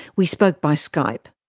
we spoke by skype.